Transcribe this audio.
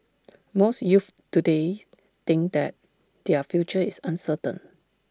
most youths today think that their future is uncertain